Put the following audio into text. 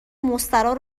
مستراح